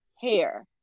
hair